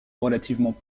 relativement